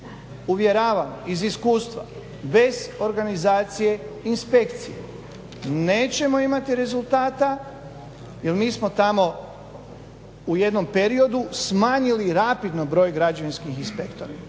uvjeravam iz iskustva bez organizacije inspekcije nećemo imati rezultata jer mi smo tamo u jednom periodu smanjili rapidno broj građevinskih inspektora